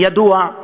ידוע,